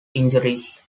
injuries